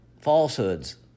falsehoods